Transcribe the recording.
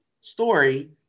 story